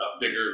bigger